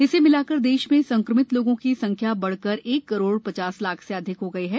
इसे मिलाकर देश में संक्रमित लोगों की संख्या बढकर एक करोड पचास लाख से अधिक हो गई है